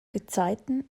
gezeiten